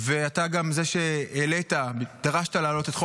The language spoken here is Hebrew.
ואתה גם זה שדרשת להעלות את חוק המעונות.